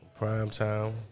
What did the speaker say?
Primetime